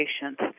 patients